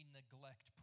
neglect